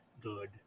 good